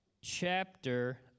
chapter